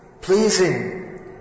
pleasing